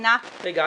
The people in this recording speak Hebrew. מבחינה -- רגע,